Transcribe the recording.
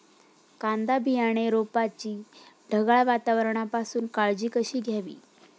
कांदा बियाणे रोपाची ढगाळ वातावरणापासून काळजी कशी घ्यावी?